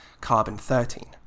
carbon-13